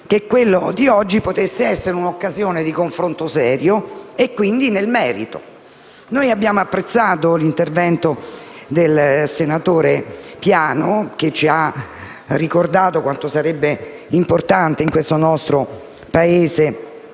che quella odierna potesse essere un'occasione di confronto serio e nel merito. Abbiamo apprezzato l'intervento del senatore Piano, che ci ha ricordato quanto sarebbe importante nel nostro Paese